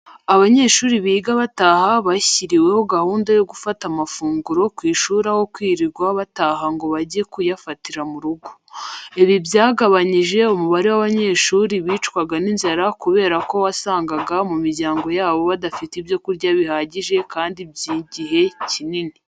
Abanyeshuri biga bataha bashyiriweho gahunda yo gufata amafunguro ku ishuri aho kwirirwa bataha ngo bajye kuyafatira mu rugo. Ibi byagabanyije umubare w'abanyeshuri bicwaga n'inzara kubera ko wasangaga mu miryango yabo badafite ibyo kurya bihajyije kandi by'ijyihe cyinini.